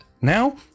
now